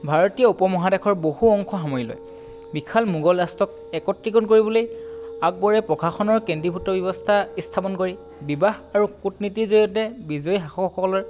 ভাৰতীয় মহাদেশৰ বহু অংশ সামৰি লয় বিশাল মোগল ৰাষ্ট্ৰক একত্ৰীকৰণ কৰিবলৈ আকবৰে প্ৰশাসনৰ কেন্দ্ৰিভূত ব্যৱস্থা স্থাপন কৰি বিবাহ আৰু কূটনীতিৰ জৰিয়তে বিজয়ী শাসকসকলৰ